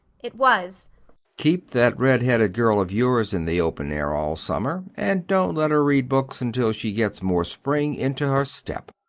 it was keep that redheaded girl of yours in the open air all summer and don't let her read books until she gets more spring into her step.